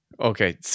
okay